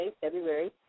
February